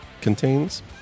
contains